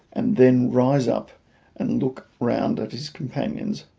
and then rise up and look round at his companions,